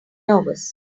nervous